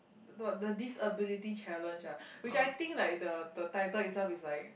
the the what the disability challenge ah which I think like the the title itself is like